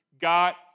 got